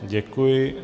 Děkuji.